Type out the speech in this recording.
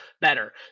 better